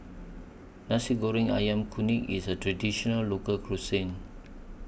Nasi Goreng Ayam Kunyit IS A Traditional Local Cuisine